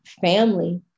family